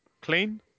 Clean